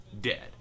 Dead